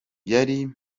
yari